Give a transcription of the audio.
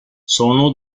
sono